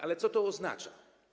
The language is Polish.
Ale co to oznacza?